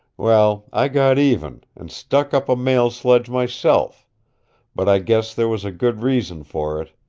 well, i got even, and stuck up a mail-sledge myself but i guess there was a good reason for it.